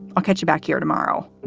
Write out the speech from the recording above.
i'll catch you back here tomorrow